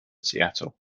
seattle